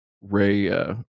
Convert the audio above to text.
Ray